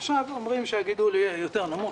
ועכשיו אומרים שהגידול יהיה נמוך יותר,